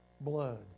blood